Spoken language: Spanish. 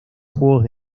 juegos